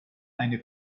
eine